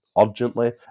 urgently